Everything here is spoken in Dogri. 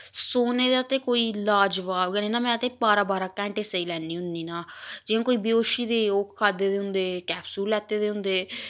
स्होने दा ते कोई लाजवाब गै निं ना मैं ते बारां बारां घैंटे सेई लैन्नी होन्नी ना जि'यां कोई बेहोशी दे ओह् खाद्धे दे होंदे कैप्सूल लैते दे होंदे